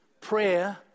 Prayer